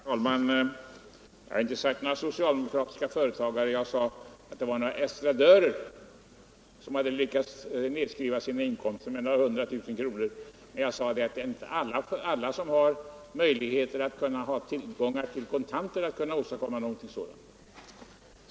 Herr talman! Jag har inte talat om några socialdemokratiska företagare. Jag nämnde att några estradörer hade lyckats nedskriva sina inkomster med några hundra tusen kronor, men jag sade att det inte är alla som har tillgång till så mycket kontanter att de kan åstadkomma någonting sådant.